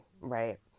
right